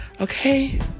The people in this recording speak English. Okay